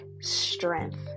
strength